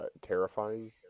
terrifying